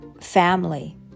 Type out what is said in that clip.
family